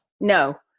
No